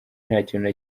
ntakintu